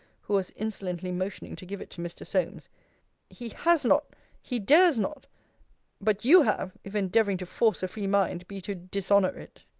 who was insolently motioning to give it to mr. solmes he has not he dares not but you have, if endeavouring to force a free mind be to dishonour it!